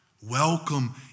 Welcome